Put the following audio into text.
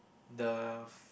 the f~